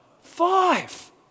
five